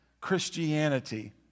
Christianity